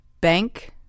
Bank